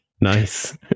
Nice